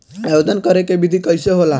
आवेदन करे के विधि कइसे होला?